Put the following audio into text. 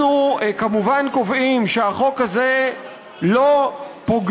אנחנו קובעים כמובן שהחוק הזה לא פוגע